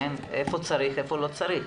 איפה צריך ואיפה לא צריך.